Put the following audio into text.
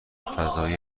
فضای